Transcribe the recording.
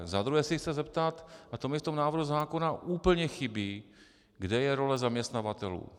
Za druhé se chci zeptat, a to mi v tom návrhu zákona úplně chybí, kde je role zaměstnavatelů.